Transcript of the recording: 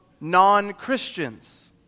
non-Christians